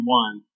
one